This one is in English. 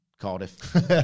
Cardiff